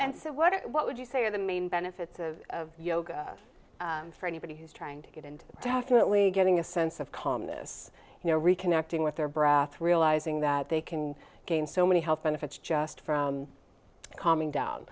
and so what what would you say are the main benefits of yoga for anybody who's trying to get into that definitely getting a sense of calmness you know reconnecting with their breath realizing that they can gain so many health benefits just from calming